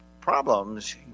problems